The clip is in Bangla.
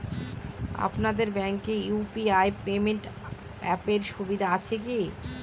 আপনাদের ব্যাঙ্কে ইউ.পি.আই পেমেন্ট অ্যাপের সুবিধা আছে কি?